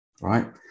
right